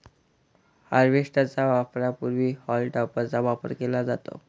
harvester च्या वापरापूर्वी हॉल टॉपरचा वापर केला जातो